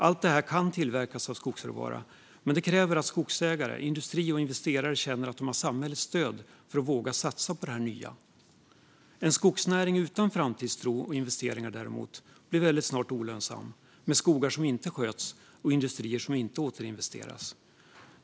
Allt detta kan tillverkas av skogsråvara, men det kräver att skogsägare, industri och investerare känner att de har samhällets stöd för att våga satsa på det nya. En skogsnäring utan framtidstro och investeringar blir däremot snart olönsam, med skogar som inte sköts och industrier där det inte återinvesteras.